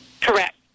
Correct